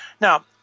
Now